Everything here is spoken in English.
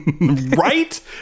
Right